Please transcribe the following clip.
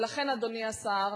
ולכן, אדוני השר,